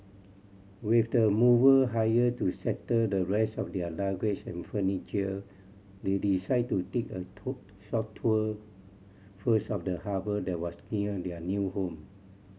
with the mover hired to settle the rest of their luggage and furniture they decided to take a tour short tour first of the harbour that was near their new home